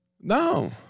No